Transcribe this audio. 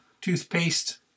toothpaste